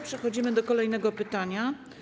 Przechodzimy do kolejnego pytania.